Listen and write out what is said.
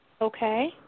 okay